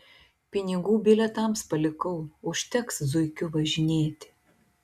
pinigų bilietams palikau užteks zuikiu važinėti